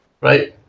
right